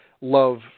love